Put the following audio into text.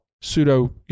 pseudo